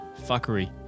fuckery